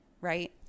right